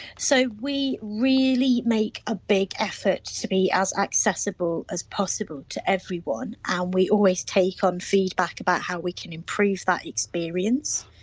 so, we really make a big effort to be as accessible as possible to everyone and we always take on feedback about how we can improve that experience.